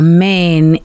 Amen